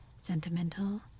Sentimental